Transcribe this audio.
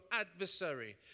adversary